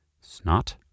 snot